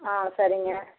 ஆ சரிங்க